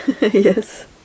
Yes